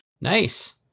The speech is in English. Nice